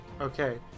Okay